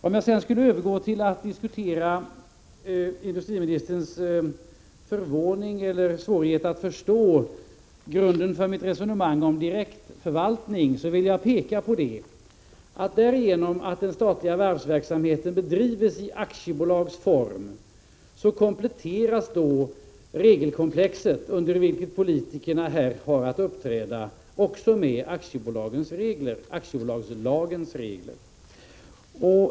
Om jag sedan övergår till att diskutera industriministerns förvåning eller svårighet att förstå grunden för mitt resonemang om direktförvaltning vill jag betona att genom att den statliga varvsverksamheten bedrivs i aktiebolags form kompletteras det regelkomplex under vilket politikerna här har att uppträda med aktiebolagslagens regler.